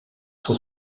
son